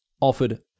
offered